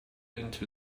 into